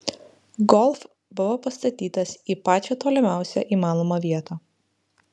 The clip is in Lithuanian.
golf buvo pastatytas į pačią tolimiausią įmanomą vietą